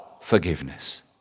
forgiveness